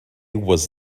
was